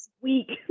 week